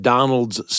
Donald's